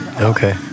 Okay